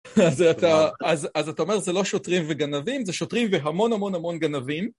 אז אתה אומר שזה לא שוטרים וגנבים, זה שוטרים והמון המון המון גנבים.